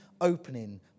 opening